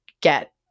get